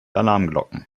alarmglocken